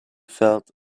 felt